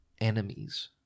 enemies